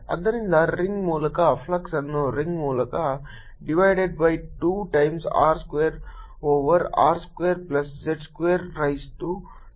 ಆದ್ದರಿಂದ ರಿಂಗ್ ಮೂಲಕ ಫ್ಲಕ್ಸ್ ಅನ್ನು ರಿಂಗ್ ಮೂಲಕ divided by 2 times R square over R square plus z square rise to 3 by 2 ಆಗಿದೆ